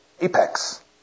apex